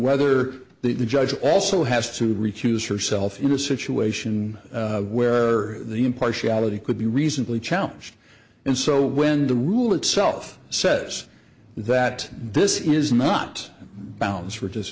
whether the judge also has to refuse herself in a situation where the impartiality could be reasonably challenged and so when the rule itself says that this is not balance